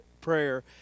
prayer